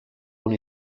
con